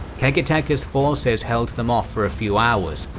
kagetaka's forces held them off for a few hours,